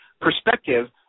perspective –